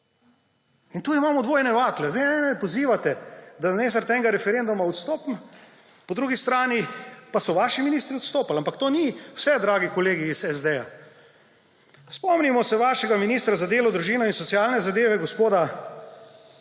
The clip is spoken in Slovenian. In tu imamo dvojne vatle; zdaj mene pozivate, da naj zaradi enega referenduma odstopim; po drugi strani pa – so vaši ministri odstopili? Ampak to ni vse, dragi kolegi iz SD. Spomnimo se vašega ministra za delo, družino in socialne zadeve gospoda